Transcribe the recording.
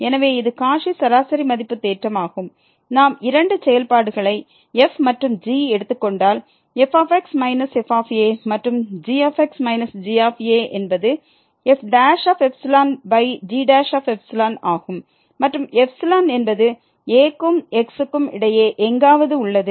எனவே இது காச்சி சராசரி மதிப்பு தேற்றம் ஆகும் நாம் இரண்டு செயல்பாடுகளை f மற்றும் g எடுத்துக்கொண்டால் f x f மற்றும் g x g என்பது fξgξ ஆகும் மற்றும் என்பது a க்கும் x க்கும் இடையே எங்காவது உள்ளது